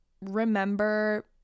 remember